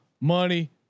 money